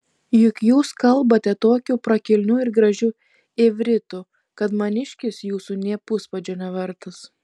juk jūs kalbate tokiu prakilniu ir gražiu ivritu kad maniškis jūsų nė puspadžio nevertas